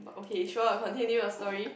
but okay should I continue a story